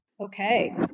Okay